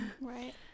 Right